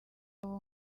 uko